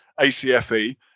ACFE